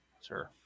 Sir